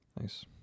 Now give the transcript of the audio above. nice